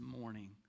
morning